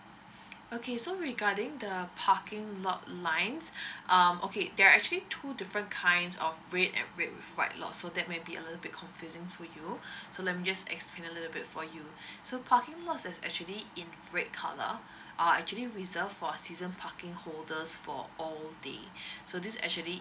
okay so regarding the parking lot lines um okay there are actually two different kinds of red and red with white lot so that maybe a little bit confusing for you so let me just explain a little bit for you so parking lot is actually in black colour uh actually reserve for season parking holders for all day so this actually